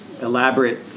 elaborate